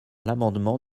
l’amendement